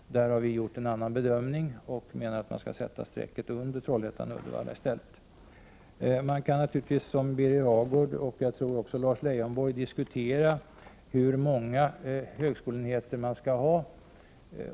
Men där har vi gjort en annan bedömning, och vi menar att man skall sätta strecket under Trollhättan-Uddevalla. Man kan naturligtvis som Birger Hagård och Lars Leijonborg diskutera hur många högskoleenheter det skall finnas.